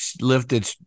lifted